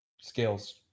scales